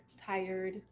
Tired